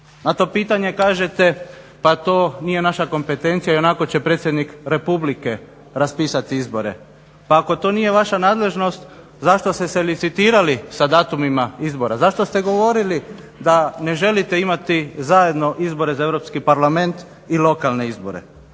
Na to pitanje kažete pa to nije naša kompetencija ionako će predsjednik Republike raspisati izbore. Pa ako to nije vaša nadležnost zašto ste se licitirali sa datumima izbora? Zašto ste govorili da ne želite imati zajedno izbore za Europski parlament i lokalne izbore?